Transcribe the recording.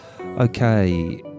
okay